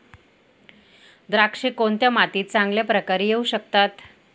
द्राक्षे कोणत्या मातीत चांगल्या प्रकारे येऊ शकतात?